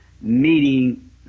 meeting